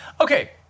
Okay